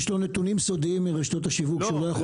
יש לו נתונים סודיים מרשתות השיווק שהוא לא יכול להראות לנו.